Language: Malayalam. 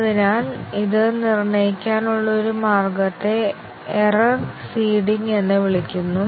അതിനാൽ ഇത് നിർണ്ണയിക്കാനുള്ള ഒരു മാർഗ്ഗത്തെ എറർ സീഡിംഗ് എന്ന് വിളിക്കുന്നു